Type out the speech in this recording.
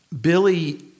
Billy